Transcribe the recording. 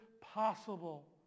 possible